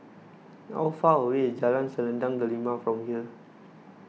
how far away is Jalan Selendang Delima from here